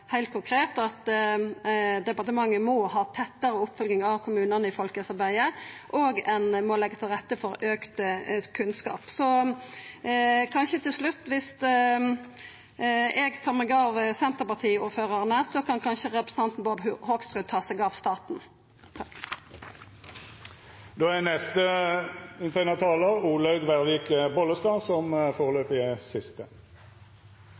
heilt konkret at departementet må ha tettare oppfølging av kommunane i folkehelsearbeidet, og ein må leggja til rette for auka kunnskap. Så til slutt: Dersom eg tar meg av Senterparti-ordførarane, kan kanskje representanten Bård Hoksrud ta seg av staten.